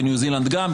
בניו זילנד גם.